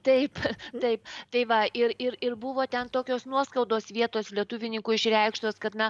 taip taip tai va ir ir ir buvo ten tokios nuoskaudos vietos lietuvininkų išreikštos kad na